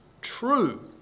true